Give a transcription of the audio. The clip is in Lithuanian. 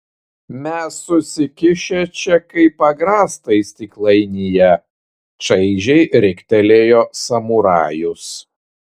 mes susikišę čia kaip agrastai stiklainyje čaižiai riktelėjo samurajus